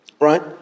Right